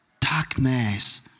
darkness